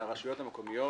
לרשויות המקומיות